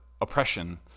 oppression